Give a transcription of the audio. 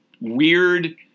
weird